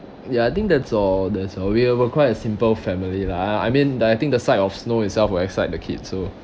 ya I think that's all that's all we're we're quite a simple family lah I I mean but I think the sight of snow itself will excite the kids so